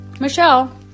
Michelle